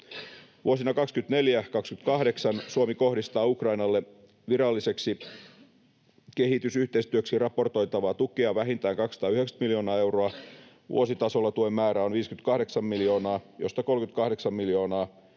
Vuosina 24—28 Suomi kohdistaa Ukrainalle viralliseksi kehitysyhteistyöksi raportoitavaa tukea vähintään 290 miljoonaa euroa. Vuositasolla tuen määrä on 58 miljoonaa, josta 38 miljoonaa